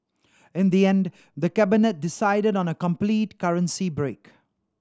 in the end the Cabinet decided on a complete currency break